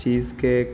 cheese cake